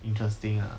interesting ah